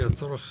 כי הצורך